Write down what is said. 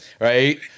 right